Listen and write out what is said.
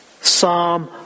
psalm